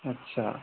اچھا